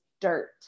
dirt